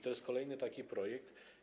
To jest kolejny taki projekt.